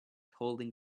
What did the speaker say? holding